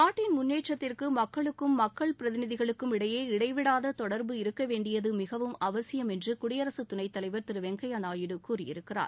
நாட்டின் முன்னேற்றத்திற்கு மக்களுக்கும் பிரதிநிதிகளுக்கும் இடையே இடைவிடாத தொடர்பு இருக்க வேண்டியது மிகவும் அவசியம் என்று குயடிரசு துணைத் தலைவர் திரு வெங்கையா நாயுடு கூறியிருக்கிறார்